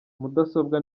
mudasobwa